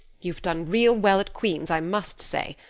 you've done real well at queen's i must say.